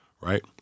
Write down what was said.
right